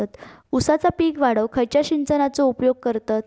ऊसाचा पीक वाढाक खयच्या सिंचनाचो उपयोग करतत?